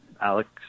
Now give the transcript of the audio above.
Alex